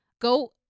Go